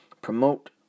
promote